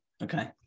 okay